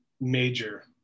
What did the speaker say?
major